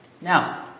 Now